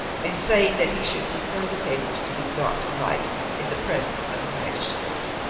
and saying that he should prefer the papers to be brought to light in the presence of a magistrate.